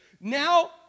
Now